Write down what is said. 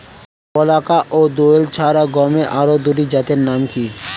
বলাকা ও দোয়েল ছাড়া গমের আরো দুটি জাতের নাম কি?